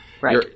Right